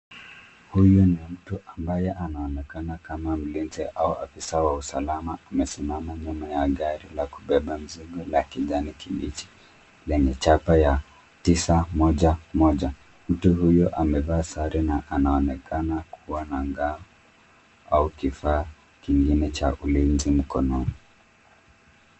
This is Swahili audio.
Huyu ni mtu ambaye anaonekana kama mlinzi au ofisa wa usalama, amesimama nyuma ya gari la kubeba mizigo la kijani kibichi, lenye chapa ya tisa moja moja. Mtu huyu amevaa sare na anaonekana kuwa na ngao au kifaa kingine cha ulinzi mkononi.